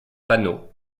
panot